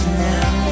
now